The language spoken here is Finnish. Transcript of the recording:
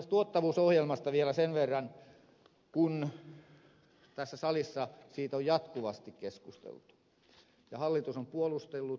tuottavuusohjelmasta vielä sen verran kun tässä salissa siitä on jatkuvasti keskusteltu ja hallitus on puolustellut tuottavuusohjelmaansa